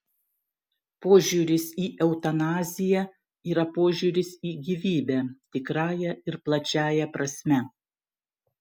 požiūris į eutanaziją yra požiūris į gyvybę tikrąja ir plačiąja prasme